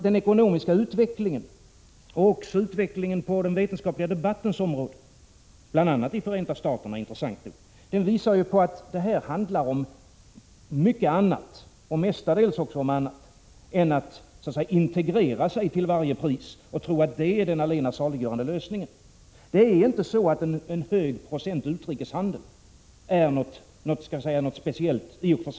Den ekonomiska utvecklingen och även utvecklingen på den vetenskapliga debattens område, bl.a. i Förenta Staterna intressant nog, visar på att detta handlar om mycket annat — och mestadels om annat — än att så att säga integrera sig till varje pris och tro att det är den allena saliggörande lösningen. Det är inte så att en hög procent utrikeshandel är något i och för sig speciellt gynnsamt.